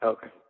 Okay